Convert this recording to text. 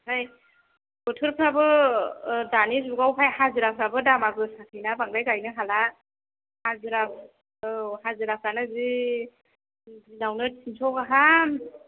ओमफ्राय बोथोरफ्राबो दानि जुगावहाय हाजिराफ्राबो दामा गोसासैना बांद्राय गायनो हाला हाजिरा औ हाजिराफ्रानो जि दिनावनो तिनस' गाहाम